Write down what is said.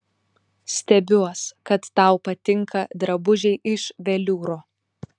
stebiuos kad tau patinka drabužiai iš veliūro